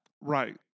Right